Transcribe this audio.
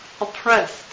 oppressed